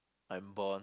I'm born